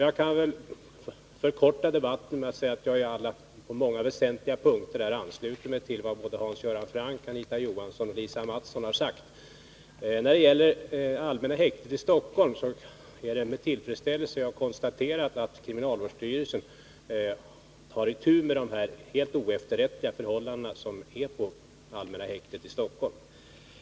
Jag kan förkorta debatten genom att säga att jag på många väsentliga punkter ansluter mig till vad både Hans Göran Franck, Anita Johansson och Lisa Mattson har sagt. När det gäller allmänna häktet i Stockholm är det med tillfredsställelse jag konstaterat att kriminalvårdsstyrelsen tar itu med de helt oefterrättliga förhållanden som råder på allmänna häktet i Stockholm.